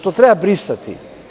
To treba brisati.